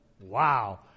Wow